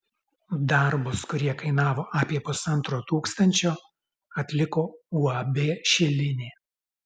darbus kurie kainavo apie pusantro tūkstančio atliko uab šilinė